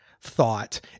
thought